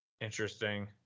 Interesting